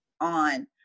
on